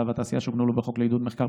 והתעשייה שהוקנו לו בחוק לעידוד מחקר,